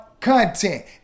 content